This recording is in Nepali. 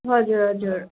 हजुर हजुर